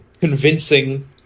convincing